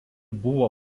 buvo